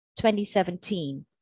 2017